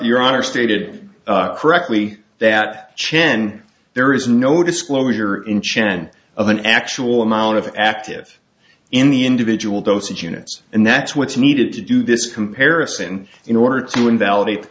your honor stated correctly that chen there is no disclosure in chen of an actual amount of active in the individual dosage units and that's what's needed to do this comparison in order to invalidate the